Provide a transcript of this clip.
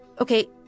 okay